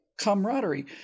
Camaraderie